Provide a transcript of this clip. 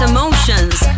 Emotions